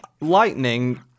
lightning